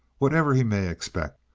whatever he may expect.